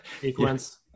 sequence